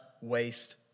waste